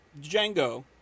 Django